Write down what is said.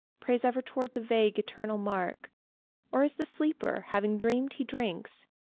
prays ever towards the vague eternal mark or as the sleeper, having dreamed he drinks,